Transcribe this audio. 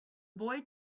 boy